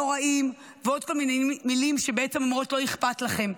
נוראים ועוד כל מיני מילים שבעצם אומרות: לא אכפת לכם,